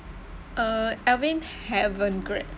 uh alvin haven't grad